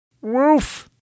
Woof